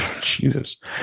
Jesus